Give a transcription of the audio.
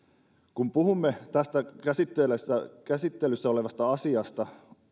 kun puhumme tästä käsittelyssä käsittelyssä olevasta asiasta